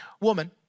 woman